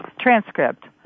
transcript